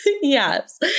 Yes